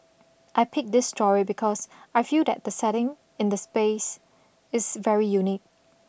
I pick this story because I feel that the setting in the space is very unique